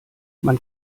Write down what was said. man